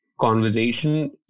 conversation